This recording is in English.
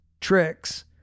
tricks